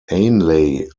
ainley